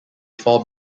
fall